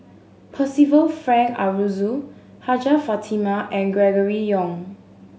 Percival Frank Aroozoo Hajjah Fatimah and Gregory Yong